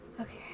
Okay